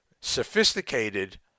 sophisticated